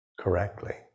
correctly